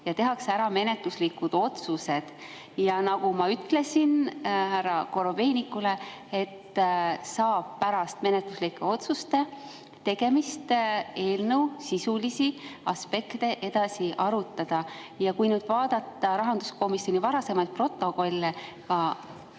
ja tehakse menetluslikud otsused ära. Nagu ma ütlesin härra Korobeinikule, pärast menetluslike otsuste tegemist saab eelnõu sisulisi aspekte edasi arutada. Kui vaadata rahanduskomisjoni varasemaid protokolle,